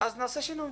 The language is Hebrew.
נעשה שינוי.